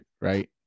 right